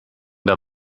der